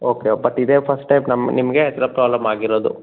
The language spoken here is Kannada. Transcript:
ಓಕೆ ಬಟ್ ಇದೇ ಫಸ್ಟ್ ಟೈಮ್ ನಮ್ ನಿಮಗೆ ಈ ಥರ ಪ್ರಾಬ್ಲಮ್ ಆಗಿರೋದು